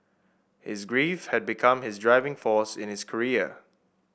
his grief had become his driving force in his career